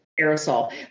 aerosol